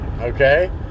okay